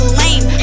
lame